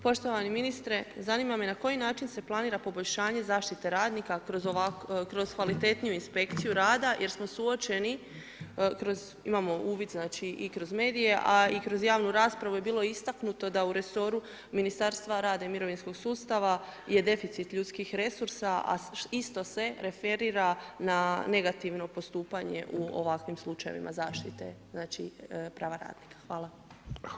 Poštovani ministre, zanima me na koji način se planira poboljšanje zaštite radnika kroz kvalitetniju inspekciju rada jer smo suočeni, imamo uvid i kroz medije, a i kroz javnu raspravu je bilo istaknuto, da u resoru Ministarstva rada i mirovinskog sustava, je deficit ljudskih resursa a isto se referira na negativno potapanje u ovakvim slučajevima zaštite prava radnika.